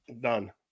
Done